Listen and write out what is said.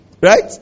Right